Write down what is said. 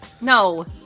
No